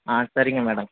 ஆ சரிங்க மேடம்